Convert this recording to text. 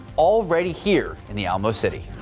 already here in the alamo city.